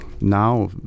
now